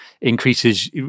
increases –